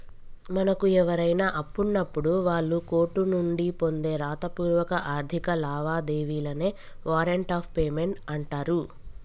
మనకు ఎవరైనా అప్పున్నప్పుడు వాళ్ళు కోర్టు నుండి పొందే రాతపూర్వక ఆర్థిక లావాదేవీలనే వారెంట్ ఆఫ్ పేమెంట్ అంటరు